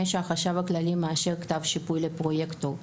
שהחשב הכללי מאשר כתב שיפוי לפרויקטור.